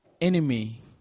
enemy